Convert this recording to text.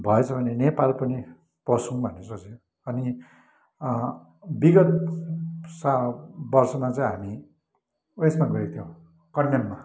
भएछ भने नेपाल पनि पसौँ भनेर सोचेको अनि विगत साल वर्षमा चाहिँ हामी उयेसमा गएको थियो कन्याममा